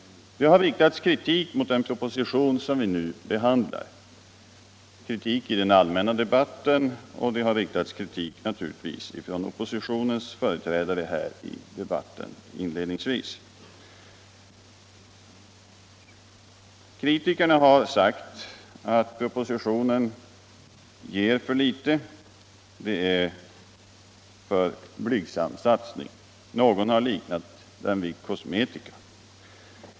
Det har riktats kritik — både i den allmänna debatten och från oppositionens företrädare i debatten hittills i dag - mot den proposition vi nu behandlar. Kritikerna har sagt att propositionen ger för litet, att den innebär en för blygsam satsning. Någon har liknat den vid kosmetika.